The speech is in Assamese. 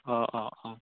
অ অ অ